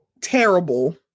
terrible